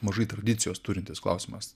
mažai tradicijos turintis klausimas